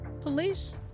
Police